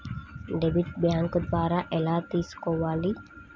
Debit bank ద్వారా ఎలా తీసుకోవాలి?